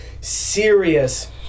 serious